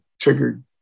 triggered